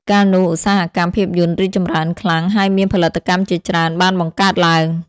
កាលនោះ ឧស្សាហកម្មភាពយន្តរីកចម្រើនខ្លាំង ហើយមានផលិតកម្មជាច្រើនបានបង្កើតឡើង។